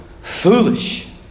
foolish